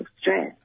stress